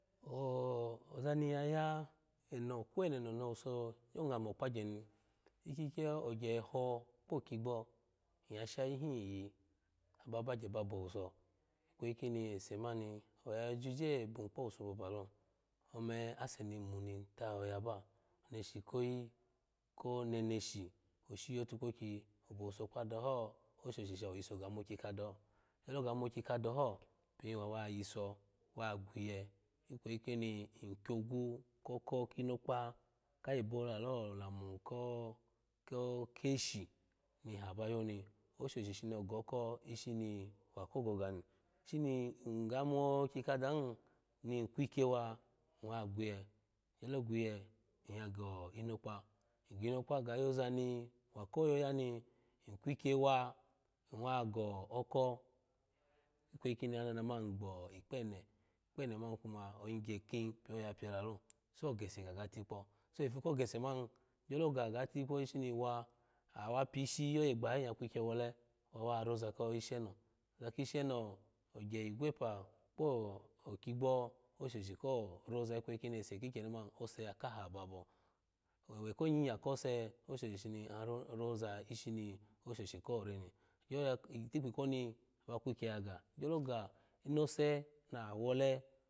O ozani yayo no kweneno no owuso gyo ngami okpagye ni ikkiyo ogye eho kpo okigbo ngyashayihin iyi ba bagye ba bowuso ikweyi kini ese mani oya yo jije bun kpo wuso boba la ome aseni mun ni tayayo yaba oneshi koyi koneneshi oshi otukpokyi obowuso kpa doho oshoshi shawo yiso ga mokyi kadaho gyolo ga mokyi kadaho pin wawa yiso wa gwiye ikweyi kini ng kiogu ko oko kinokpa ka yibo lalo olamu ko ko keshi ni aha bayoni shini ng ga mo okyi kadahin ni inkwyge wa wa gwiye ng gyolo gwinye inya go inokpa ginokpa ga yozani wako yoyani ng kwukye wa ng wa go oko kweyi kini anana mani ng gb ikpo ene ikpo ene man kuma ogingye kin pioya pye lalo so gese gaga tikpo so ifu ko gese man ogyolo ga ga tikpo shini wa awa pyishi oye gbayayi in ya kukye wole wa wa roza ko ishwo oza kisheno ogye igwepa kpo okiyigbo oshoshi ko roza ikweyi kini ese ki kyenyi man ose ya kaha ababo owe ko nyinya kose oshoshi shimi an ro roza ishini oshoshi koreni gyo ya itikpi koni wa kukye yaga in gyolo ga inose naha wole.